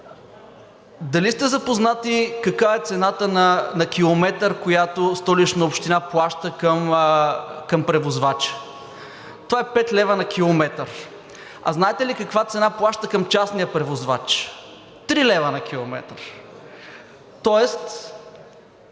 Дали сте запознати каква е цената на километър, която Столична община плаща към превозвача? Това е 5 лв. на километър. А знаете ли каква цена плаща към частния превозвач – 3 лв. на километър, тоест